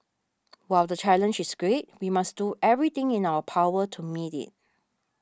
while the challenge is great we must do everything in our power to meet it